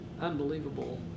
unbelievable